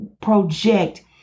project